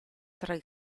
tre